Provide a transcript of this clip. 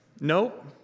Nope